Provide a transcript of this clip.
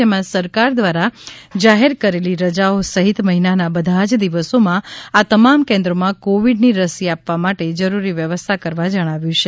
જેમાં સરકાર દ્વારા જાહેર કરેલી રજાઓ સહિત મહિનાના બધા જ દિવસોમાં આ તમામ કેન્દ્રોમાં કોવિડની રસી આપવા માટે જરૂરી વ્યવસ્થા કરવા જણાવ્યું છે